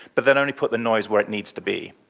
but then only put the noise where it needs to be.